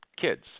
kids